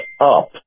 up